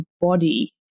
body